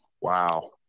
wow